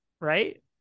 right